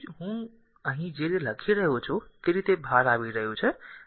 તેથી હું અહીં જે રીતે લખી રહ્યો છું તે રીતે બહાર આવી રહ્યું છે